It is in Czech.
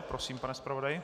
Prosím, pane zpravodaji.